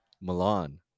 Milan